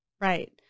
Right